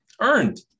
Earned